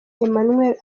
emmanuel